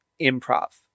improv